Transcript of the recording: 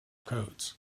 codes